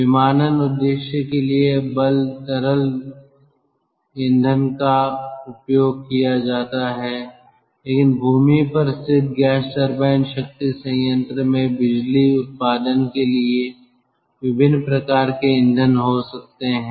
विमानन उद्देश्य के लिए बल तरल ईंधन का उपयोग किया जाता है लेकिन भूमि पर स्थित गैस टरबाइन शक्ति संयंत्र में बिजली उत्पादन के लिए विभिन्न प्रकार के ईंधन हो सकते हैं